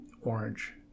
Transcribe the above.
orange